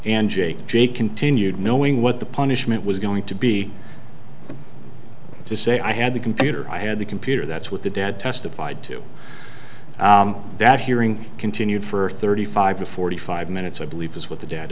and jay jay continued knowing what the punishment was going to be to say i had the computer i had the computer that's what the dad testified to that hearing continued for thirty five to forty five minutes i believe was what the d